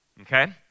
Okay